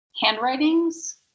handwritings